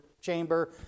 chamber